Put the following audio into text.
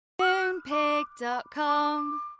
Moonpig.com